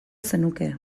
zenuke